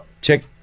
Check